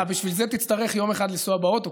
אבל בשביל זה תצטרך יום אחד לנסוע באוטו,